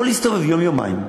או להסתובב יום-יומיים,